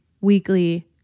weekly